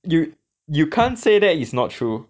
you you can't say that is not true